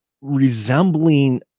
resembling